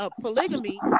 polygamy